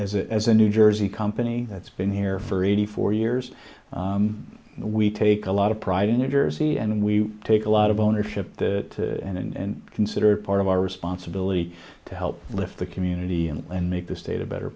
as a as a new jersey company that's been here for eighty four years we take a lot of pride in new jersey and we take a lot of ownership that in and considered part of our responsibility to help lift the community and make the state a better